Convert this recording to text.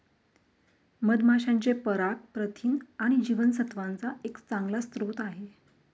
मधमाशांचे पराग प्रथिन आणि जीवनसत्त्वांचा एक चांगला स्रोत आहे